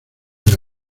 ella